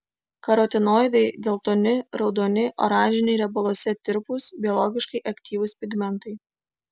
karotinoidai geltoni raudoni oranžiniai riebaluose tirpūs biologiškai aktyvūs pigmentai